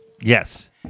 Yes